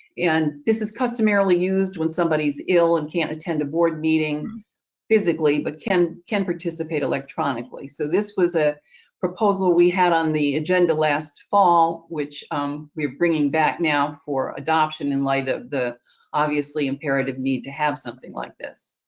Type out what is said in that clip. and this is customarily used when somebody's ill and can't attend a board meeting physically, but can can participate electronically. so this was a proposal we had on the agenda last fall, which we are bringing back now for adoption, in light of the obviously imperative need to have something like this.